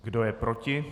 Kdo je proti?